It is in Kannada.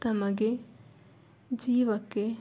ತಮಗೆ ಜೀವಕ್ಕೆ